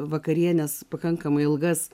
vakarienes pakankamai ilgas